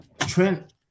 Trent